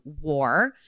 War